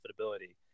Profitability